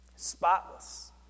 spotless